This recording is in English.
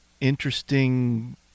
interesting